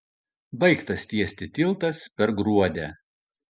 baigtas tiesti tiltas per gruodę